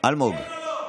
כן או לא?